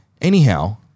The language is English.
Anyhow